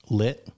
lit